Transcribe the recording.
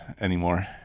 anymore